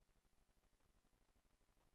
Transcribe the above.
ותעבור לדיון בוועדת